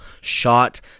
shot